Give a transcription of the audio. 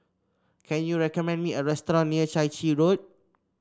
can you recommend me a restaurant near Chai Chee Road